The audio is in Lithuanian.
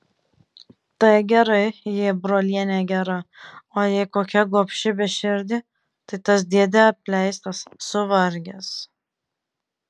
tai gerai jei brolienė gera o jei kokia gobši beširdė tai tas dėdė apleistas suvargęs